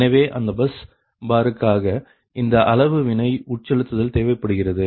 எனவே அந்த பஸ் பாருக்காக இந்த அளவு வினை உட்செலுத்தல் தேவைப்படுகிறது